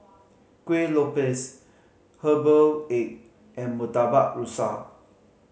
Kueh Lopes herbal egg and Murtabak Rusa